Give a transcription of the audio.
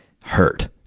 hurt